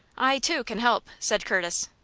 i, too, can help, said curtis.